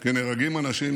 כי נהרגים אנשים,